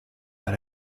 that